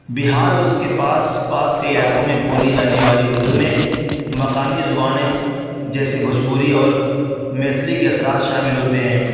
بہار اور اس کے پاس پاس کے علاقوں میں بولی جانے والی اردو میں مقامی زبانیں جیسے بھوجپوری اور میتھلی کے اثرات شامل ہوتے ہیں